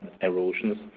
erosions